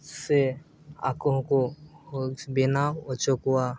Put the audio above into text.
ᱥᱮ ᱟᱠᱚ ᱦᱚᱸ ᱠᱚ ᱯᱷᱚᱞᱥ ᱵᱮᱱᱟᱣ ᱦᱚᱪᱚ ᱠᱚᱣᱟ